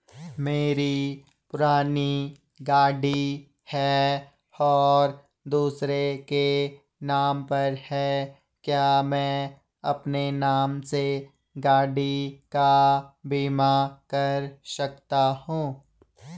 मेरी पुरानी गाड़ी है और दूसरे के नाम पर है क्या मैं अपने नाम से गाड़ी का बीमा कर सकता हूँ?